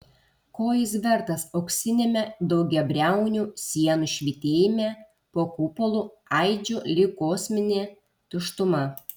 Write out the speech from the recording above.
ko jis vertas auksiniame daugiabriaunių sienų švytėjime po kupolu aidžiu lyg kosminė tuštuma